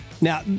Now